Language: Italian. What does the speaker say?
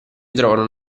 trovano